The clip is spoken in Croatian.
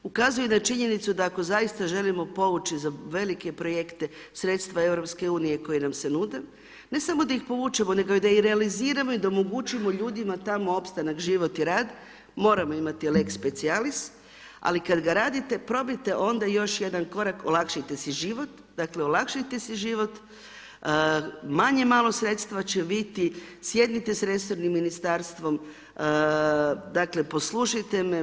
Ukazuje na činjenicu, da ako zaista želimo povući za velike projekte sredstva EU koji nam se nude, ne samo da ih povučemo nego da ih realiziramo i da omogućimo ljudima tamo opstanak, život i rad, moramo imati lex specijalis, ali kada ga radite, probajte onda još jedan korak olakšajte si život, olakšajte si život, manje malo sredstva će biti sjednite s resornim ministarstvom, dakle, poslušajte me.